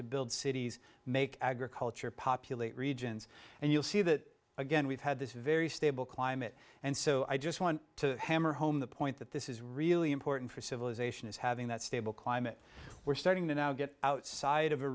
to build cities make agriculture populate regions and you'll see that again we've had this very stable climate and so i just want to hammer home the point that this is really important for civilization is having that stable climate we're starting to now get outside of a